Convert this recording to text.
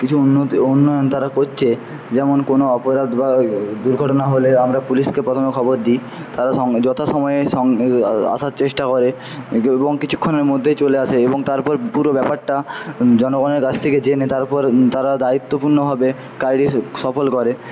কিছু উন্নয়ন তারা করছে যেমন কোনো অপরাধ বা দুর্ঘটনা হলে আমরা পুলিশকে প্রথমে খবর দিই তারা যথা সময়ে আসার চেষ্টা করে এবং কিছুক্ষণের মধ্যেই চলে আসে এবং তারপর পুরো ব্যাপারটা জনগণের কাছ থেকে জেনে তারপর তারা দায়িত্বপূর্ণভাবে কাজকে সফল করে